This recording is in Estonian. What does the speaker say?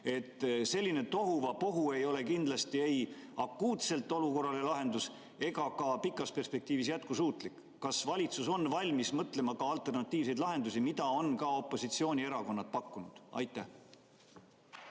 Selline tohuvabohu ei ole kindlasti akuutselt olukorra lahendus ega ka pikas perspektiivis jätkusuutlik. Kas valitsus on valmis mõtlema alternatiivsetele lahendustele, mida opositsioonierakonnad on pakkunud? Aitäh!